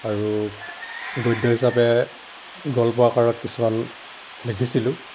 আৰু গদ্য হিচাপে গল্প আকাৰত কিছুমান লিখিছিলোঁ